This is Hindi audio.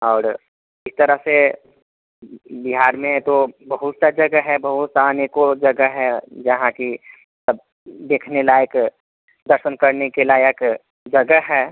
और एक तरह से बिहार में तो बहुत सा जगह है बहुत आने को जगह है जहाँ कि सब देखने लायक दर्शन करने के लायक जगह है